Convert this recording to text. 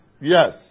Yes